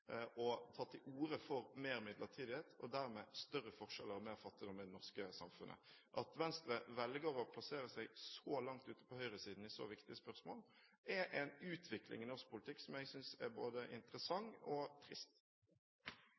og å ta til orde for mer midlertidighet og dermed større forskjeller og mer fattigdom i det norske samfunnet. At Venstre velger å plassere seg så langt ute på høyresiden i så viktige spørsmål, er en utvikling i norsk politikk som jeg synes er både interessant og trist.